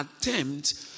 attempt